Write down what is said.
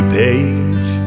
page